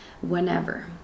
whenever